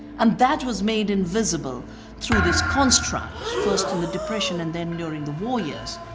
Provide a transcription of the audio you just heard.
and that was made invisible through this construct, first in the depression, and then during the war years,